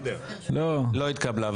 לא התקבלה.